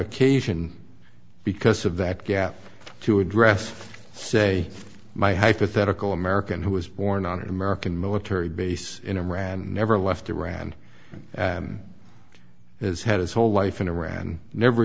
occasion because of that gap to address say my hypothetical american who was born on an american military base in iran never left iran and has had his whole life in iran never